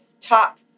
top